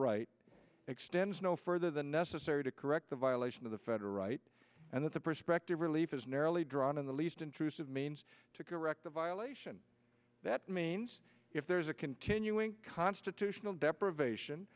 right extends no further than necessary to correct the violation of the federal right and that the prospective relief is narrowly drawn in the least intrusive means to correct a violation that means if there is a continuing constitutional deprivation